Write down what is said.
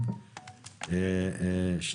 (2).